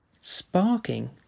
Sparking